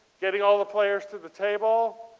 getting all of the players to the table.